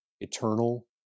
eternal